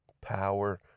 power